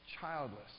Childless